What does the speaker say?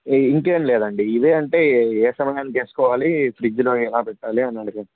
ఇంకేం లేదండి ఇదే అంటే ఏ సమయాన్ని వేసుకోవాలి ఫ్రిడ్జ్లో ఎలా పెట్టాలి అని అడగడానికి